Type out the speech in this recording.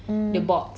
mm